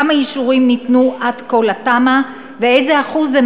כמה אישורים ניתנו עד כה לתמ"א ואיזה אחוז הם